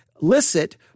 licit